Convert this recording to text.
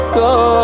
go